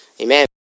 Amen